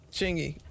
Chingy